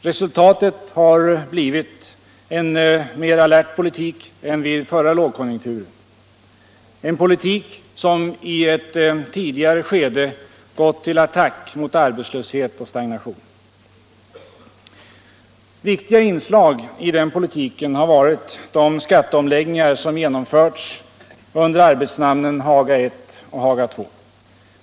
Resultatet har blivit en mer alert politik än vid förra lågkonjunkturen, en politik som i ett tidigare skede gått till attack mot arbetslöshet och stagnation. Viktiga inslag i den politiken har varit de skatteomläggningar som genomförts under arbetsnamnen Haga I och Haga II.